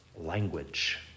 language